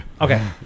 Okay